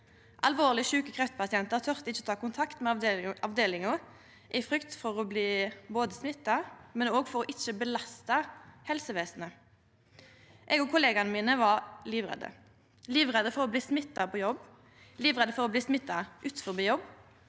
Alvorleg sjuke kreftpasientar torde ikkje å ta kontakt med avdelinga i frykt for å bli smitta og for ikkje å belasta helsevesenet. Eg og kollegaene mine var livredde – livredde for å bli smitta på jobb, livredde for å bli smitta utanfor jobb